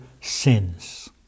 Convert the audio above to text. sins